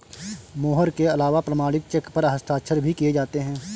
मोहर के अलावा प्रमाणिक चेक पर हस्ताक्षर भी किये जाते हैं